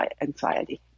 anxiety